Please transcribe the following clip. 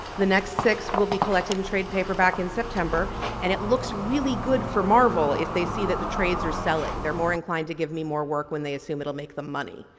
the next six will be collected in trade paperback in september and it looks really good for marvel if they see that the trades are selling. they are more inclined to give me more work when they assume it'll make them money.